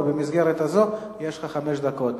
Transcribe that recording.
ובמסגרת הזאת יש לך חמש דקות.